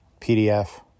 PDF